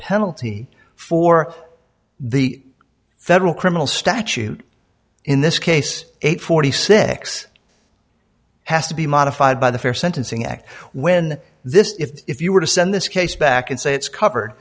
penalty for the federal criminal statute in this case eight hundred and forty six has to be modified by the fair sentencing act when this if you were to send this case back and say it's covered